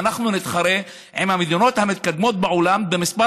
ואנחנו נתחרה עם המדינות המתקדמות בעולם במספר